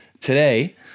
today